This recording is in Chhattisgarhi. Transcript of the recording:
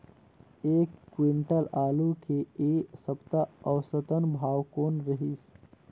एक क्विंटल आलू के ऐ सप्ता औसतन भाव कौन रहिस?